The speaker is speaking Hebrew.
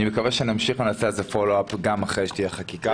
אני מקווה שנמשיך ונעשה על זה מעקב גם אחרי שתהיה חקיקה.